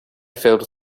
filled